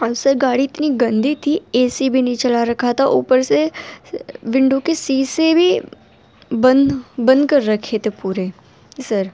اور سر گاڑی اتنی گندی تھی اے سی بھی نہیں چلا رکھا تھا اوپر سے ونڈو کی شیشے بھی بند بند کر رکھے تھے پورے جی سر